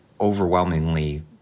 overwhelmingly